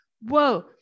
whoa